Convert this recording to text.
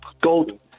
Gold